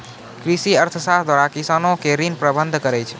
कृषि अर्थशास्त्र द्वारा किसानो के ऋण प्रबंध करै छै